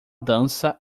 dança